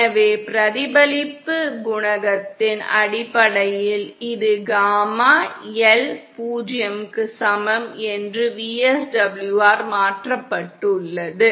எனவே பிரதிபலிப்பு குணகத்தின் அடிப்படையில் இது காமா L 0 க்கு சமம் என்று VSWR மாற்றப்பட்டுள்ளது